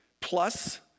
Plus